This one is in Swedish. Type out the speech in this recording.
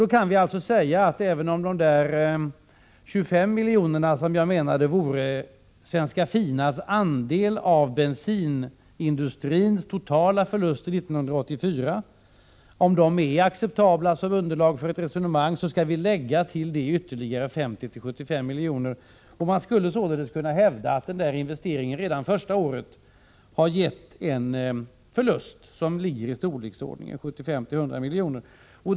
Man kan därför säga att till de 25 miljonerna, som jag menar är en acceptabel siffra som underlag för ett resonemang om Svenska Finas andel av bensinindustrins totala förluster 1984, skall läggas ytterligare 50-75 milj.kr. Man skulle således kunna hävda att denna investering redan första året har gett en förlust som ligger i storleksordningen 75-100 milj.kr.